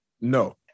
No